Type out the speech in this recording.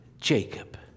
Jacob